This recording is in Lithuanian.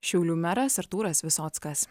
šiaulių meras artūras visockas